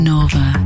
Nova